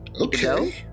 Okay